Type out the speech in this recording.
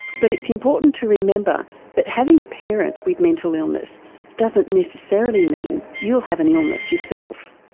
but it's important to remember that having a parent with mental illness doesn't necessarily mean you'll have an illness yourself.